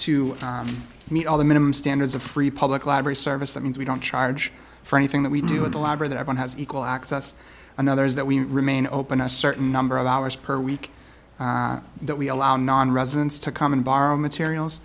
to meet all the minimum standards of free public library service that means we don't charge for anything that we do in the lab or that i don't have equal access another is that we remain open a certain number of hours per week that we allow nonresidents to come and borrow materials